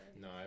No